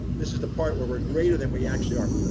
this is the part we're we're greater than we actually are.